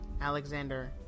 Alexander